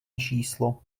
číslo